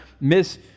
miss